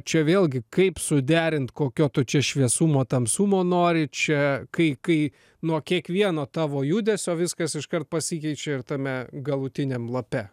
čia vėlgi kaip suderint kokio tu čia šviesumo tamsumo nori čia kai kai nuo kiekvieno tavo judesio viskas iškart pasikeičia ir tame galutiniam lape